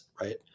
right